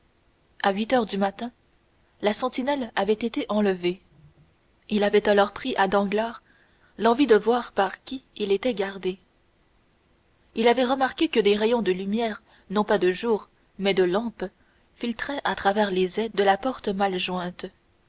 à huit heures du matin la sentinelle avait été relevée il avait alors pris à danglars l'envie de voir par qui il était gardé il avait remarqué que des rayons de lumière non pas de jour mais de lampe filtraient à travers les ais de la porte mal jointe